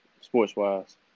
sports-wise